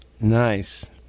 Nice